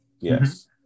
Yes